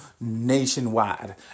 nationwide